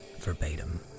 Verbatim